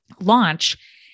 launch